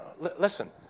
Listen